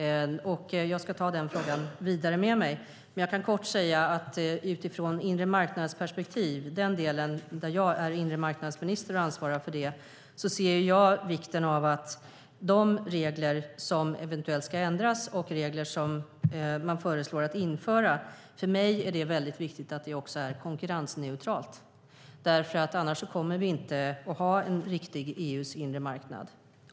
Jag ska ta frågan med mig. Jag kan dock kort säga att utifrån ett inremarknadsperspektiv - jag är ju inremarknadsminister och ansvarar för den delen - ser jag vikten av att de regler som eventuellt ska ändras och de som man föreslår att införa blir konkurrensneutrala. Annars kommer vi inte att ha en riktig EU:s inre marknad.